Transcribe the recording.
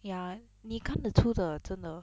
ya 你看得出的真的